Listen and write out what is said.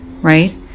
right